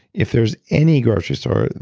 if there's any grocery store,